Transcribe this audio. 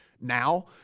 now